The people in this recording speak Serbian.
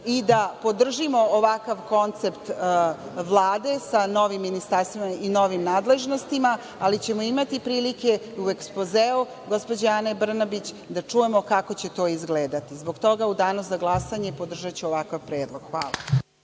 i da podržimo ovakav koncept Vlade, sa novim ministarstvima i novim nadležnostima, ali ćemo imati prilike i u ekspozeu gospođe Ane Brnabić da čujemo kako će to izgledati. Zbog toga, u Danu za glasanje podržaću ovakav predlog. Hvala.